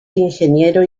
ingeniero